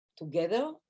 together